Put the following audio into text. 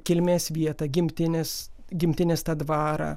kilmės vietą gimtinės gimtinės tą dvarą